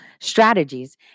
strategies